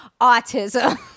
Autism